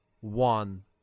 one